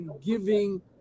giving